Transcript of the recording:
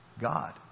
God